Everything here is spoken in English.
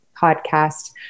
podcast